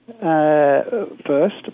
first